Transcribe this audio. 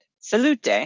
Salute